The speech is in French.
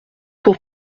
pour